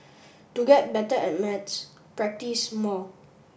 to get better at maths practise more